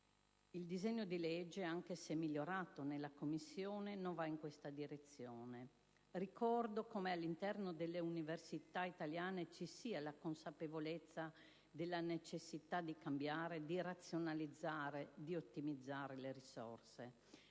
il disegno di legge, anche se migliorato nel corso dell'esame in Commissione, non va in questa direzione. Ricordo come all'interno delle università italiane ci sia la consapevolezza della necessità di cambiare, di razionalizzare, di ottimizzare le risorse.